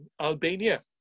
Albania